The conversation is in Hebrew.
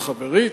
חברית,